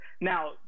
Now